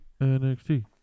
NXT